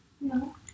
No